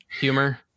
humor